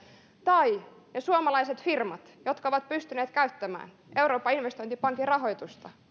tai ne suomalaiset firmat jotka ovat pystyneet käyttämään euroopan investointipankin rahoitusta